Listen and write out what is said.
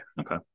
okay